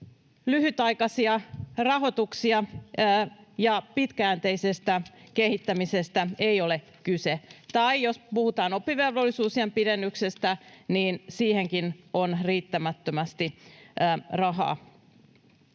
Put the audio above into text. lyhytaikaisia rahoituksia, ja pitkäjänteisestä kehittämisestä ei ole kyse. Tai jos puhutaan oppivelvollisuusiän pidennyksestä, niin siihenkin on riittämättömästi rahaa.